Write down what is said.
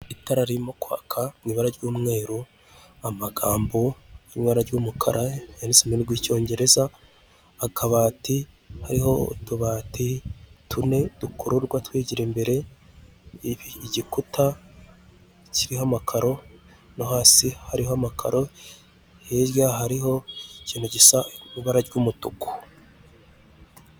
Itara ririmo kwaka mu ibara ry'umweru, amagambo yo mu ibara ry'umukara yanditse mu rurimi rw'icyongereza, akabati hariho utubati tune dukururwa twigira imbere, igikuta kiriho amakaro no hasi hariho amakaro, hirya hariho ikintu gisa ibara ry'umutuku.